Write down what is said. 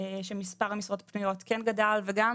מספר המשרות הפנויות כן גדל ויש גם